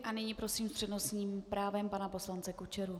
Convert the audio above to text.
A nyní prosím s přednostním právem pana poslance Kučeru.